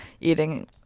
eating